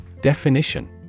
Definition